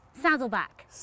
Saddleback